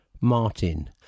Martin